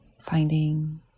Finding